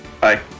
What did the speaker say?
Bye